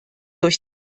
durch